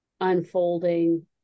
unfolding